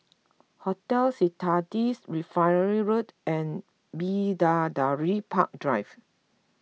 Hotel Citadines Refinery Road and Bidadari Park Drive